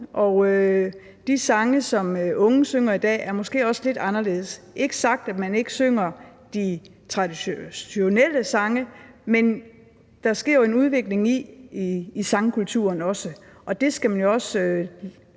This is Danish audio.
og de sange, som unge synger i dag, er måske også lidt anderledes. Dermed ikke sagt, at man ikke synger de traditionelle sange, men der sker jo en udvikling i sangkulturen, og det skal man jo også